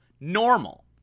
normal